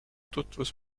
tutvus